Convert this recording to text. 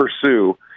pursue